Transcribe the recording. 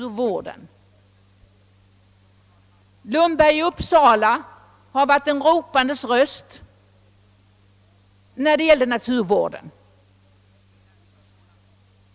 Herr Lundberg i Uppsala har vidare varit en ropandes röst länge när det gäller naturvården.